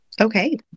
okay